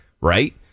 right